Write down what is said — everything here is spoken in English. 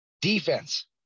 Defense